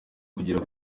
kugera